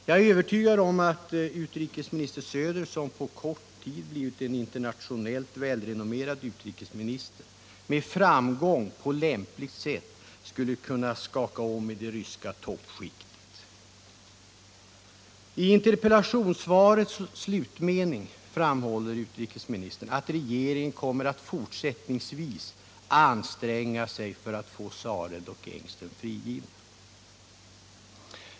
Jag är övertygad om att utrikesminister Söder — som på kort tid blivit en internationellt välrenommerad utrikesminister — med framgång på lämpligt sätt skulle kunna skaka om i det ryska toppskiktet. I interpellationssvarets slutmening framhåller utrikesministern att regeringen kommer att fortsättningsvis anstränga sig för att få Sareld och Engström frigivna.